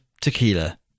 tequila